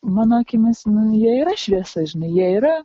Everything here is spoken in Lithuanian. mano akimis nu jie yra šviesa žinai jie yra